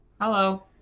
Hello